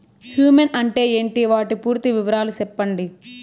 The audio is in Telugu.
హ్యూమస్ అంటే ఏంటి? వాటి పూర్తి వివరాలు సెప్పండి?